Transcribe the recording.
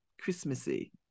Christmassy